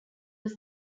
was